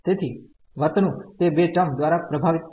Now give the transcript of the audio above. તેથી વર્તણુંક તે બે ટર્મ દ્વારા પ્રભાવિત થશે